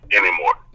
anymore